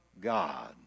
God